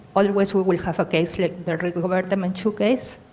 always, we will have a case like the rigoberta menchu case.